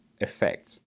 effects